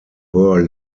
were